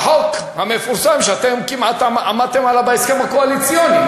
החוק המפורסם שאתם כמעט עמדתם עליו בהסכם הקואליציוני,